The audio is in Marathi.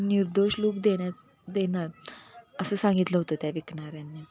निर्दोष लूक देण्याच देणार असं सांगितलं होतं त्या विकणाऱ्यांनी